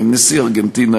עם נשיא ארגנטינה,